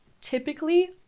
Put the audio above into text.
typically